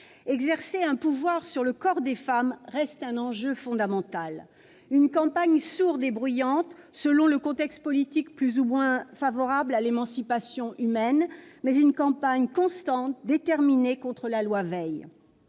Exercer un pouvoir sur le corps des femmes reste un enjeu fondamental. On constate une campagne sourde ou bruyante, selon le contexte politique plus ou moins favorable à l'émancipation humaine, mais constante et déterminée contre la loi Veil.